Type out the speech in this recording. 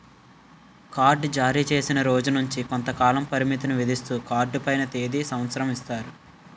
card జారీచేసిన రోజు నుంచి కొంతకాల పరిమితిని విధిస్తూ కార్డు పైన తేది సంవత్సరం ఇస్తారు